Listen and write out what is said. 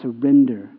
surrender